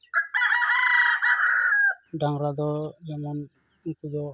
ᱰᱟᱝᱨᱟ ᱫᱚ ᱡᱮᱢᱚᱱ ᱩᱱᱠᱩ ᱫᱚ